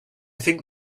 think